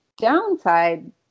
downside